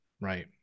Right